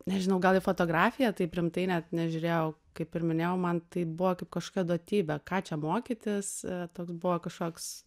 nežinau gal į fotografiją taip rimtai net nežiūrėjau kaip ir minėjau man tai buvo kaip kažkokia duotybė ką čia mokytis toks buvo kažkoks